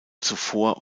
zuvor